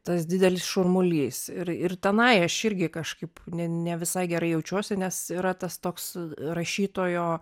tas didelis šurmulys ir ir tenai aš irgi kažkaip ne ne visai gerai jaučiuosi nes yra tas toks rašytojo